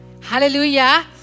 Hallelujah